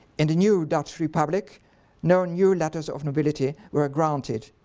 in the new dutch republic no new letters of nobility were granted.